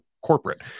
corporate